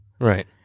Right